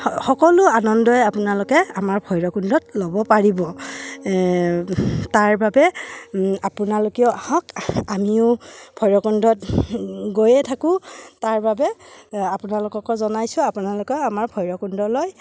সকলো আনন্দৰে আপোনালোকে আমাৰ ভৈৰৱকুণ্ডত ল'ব পাৰিব তাৰ বাবে আপোনালোকেও আহক আমিও ভৈৰৱকুণ্ডত গৈয়ে থাকোঁ তাৰ বাবে আপোনালোককো জনাইছোঁ আপোনালোকে আমাৰ ভৈৰৱকুণ্ডলৈ আহক